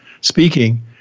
speaking